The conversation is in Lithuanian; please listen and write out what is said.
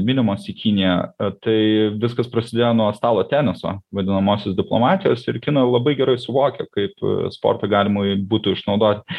minimos į kiniją tai viskas prasidėjo nuo stalo teniso vadinamosios diplomatijos ir kinai labai gerai suvokia kaip sportą galima būtų išnaudot